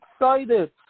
excited